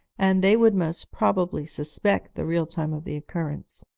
and they would most probably suspect the real time of the occurrence.